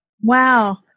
Wow